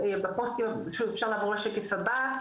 אפשר לעבור לשקף הבא,